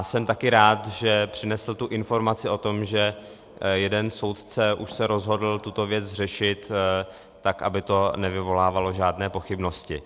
Jsem taky rád, že přinesl informaci o tom, že jeden soudce už se rozhodl tuto věc řešit tak, aby to nevyvolávalo žádné pochybnosti.